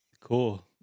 Cool